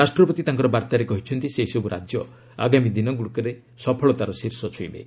ରାଷ୍ଟ୍ରପତି ତାଙ୍କର ବାର୍ତ୍ତାରେ କହିଛନ୍ତି ସେହିସବୁ ରାଜ୍ୟ ଆଗାମୀ ଦିନଗୁଡ଼ିକରେ ସଫଳତାର ଶୀର୍ଷ ଛୁଇଁବେ